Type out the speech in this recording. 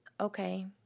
okay